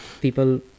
people